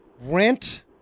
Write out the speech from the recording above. rent